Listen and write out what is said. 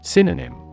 Synonym